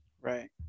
right